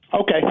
Okay